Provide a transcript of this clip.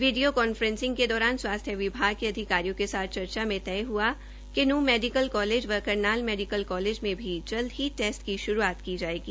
वीडियों conferencing के दौरान स्वास्थ्य विभाग के अधिकारियों के साथ चर्चा में तय किया हआ कि नूंह मेडिकल कालेज व करनाल कालेज में भी जल्द ही टेस्ट की श्रूआत की जायेगी